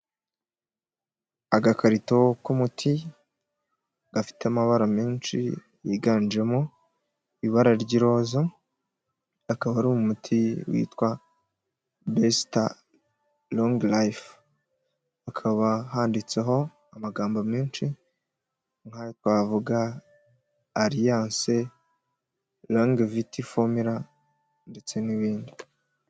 Agakarito k'umuti gafite amabara menshi yiganjemo ibara ry'iroza, akaba ari umuti witwa besita longu layifu. Hakaba handitseho amagambo menshi nk'ayo twavuga aliyanse, langa viti fomila ndetse n'ibindi.